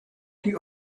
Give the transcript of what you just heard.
die